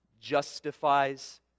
justifies